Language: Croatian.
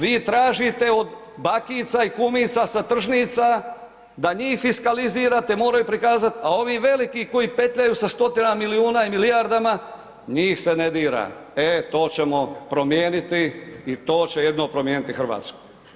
Vi tražite od bakica i kumica da njih fiskalizirate, moraju prikazati, a ovi veliki koji petljaju sa stotinama milijuna i milijardama, njih se ne dira, e to ćemo promijeniti i to će jedino promijeniti Hrvatsku.